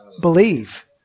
Believe